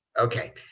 okay